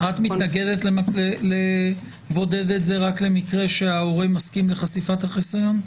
את מתנגדת לבודד את זה רק למקרה שההורה מסכים לחשיפת החיסיון?